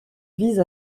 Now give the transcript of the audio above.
vise